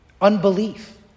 Unbelief